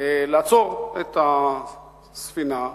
לעצור את הספינה,